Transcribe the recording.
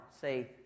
say